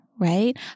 right